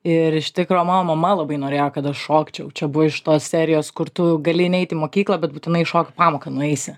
ir iš tikro mano mama labai norėjo kad šokčiau čia buvo iš tos serijos kur tu gali neiti į mokyklą bet būtinai šokių pamoką nueisi